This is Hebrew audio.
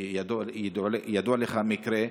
שידוע לך המקרה,